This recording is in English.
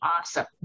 awesome